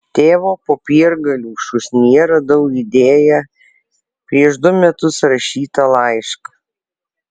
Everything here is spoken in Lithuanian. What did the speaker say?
tėvo popiergalių šūsnyje radau idėją prieš du metus rašytą laišką